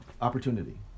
opportunity